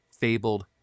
fabled